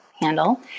handle